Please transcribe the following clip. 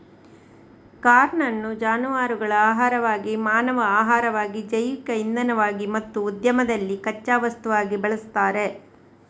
corn ಅನ್ನು ಜಾನುವಾರುಗಳ ಆಹಾರವಾಗಿ, ಮಾನವ ಆಹಾರವಾಗಿ, ಜೈವಿಕ ಇಂಧನವಾಗಿ ಮತ್ತು ಉದ್ಯಮದಲ್ಲಿ ಕಚ್ಚಾ ವಸ್ತುವಾಗಿ ಬಳಸ್ತಾರೆ